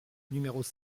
numéros